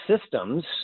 systems